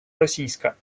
російська